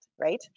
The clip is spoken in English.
Right